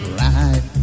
right